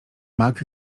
mag